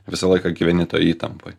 visą laiką gyveni toj įtampoj